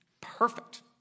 perfect